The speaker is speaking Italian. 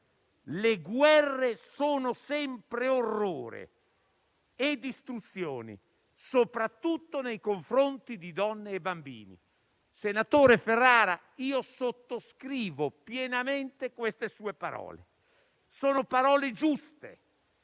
le guerre sono sempre orrore e distruzione, soprattutto nei confronti di donne e bambini. Senatore Ferrara, io sottoscrivo pienamente queste sue parole. Sono parole giuste,